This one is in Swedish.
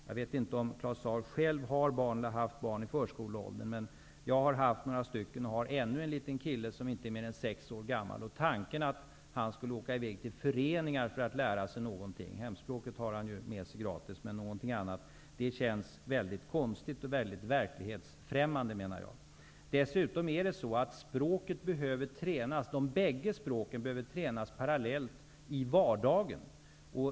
Jag vet inte om Claus Zaar själv har eller har haft barn i förskoleåldern. Men jag har haft några, och har ännu en liten kille som inte är mer än sex år gammal. Tanken att han skulle åka i väg till föreningar för att lära sig någonting -- hemspråket har han ju med sig gratis, men i detta fall någonting annat -- känns mycket konstig och verklighetsfrämmande. Dessutom är det så, att bägge språken behöver tränas parallellt i vardagen.